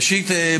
ראשית,